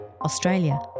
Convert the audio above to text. Australia